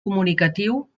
comunicatiu